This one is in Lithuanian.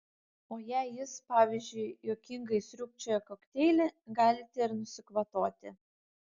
o jei jis pavyzdžiui juokingai sriubčioja kokteilį galite ir nusikvatoti